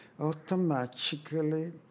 Automatically